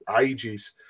ages